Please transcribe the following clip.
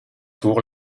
tour